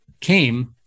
came